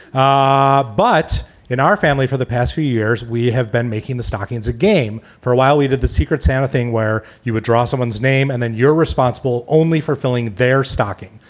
ah but in our family, for the past few years, we have been making the stockings a game. for a while we did the secret santa thing where you would draw someone's name and then you're responsible only for filling their stocking,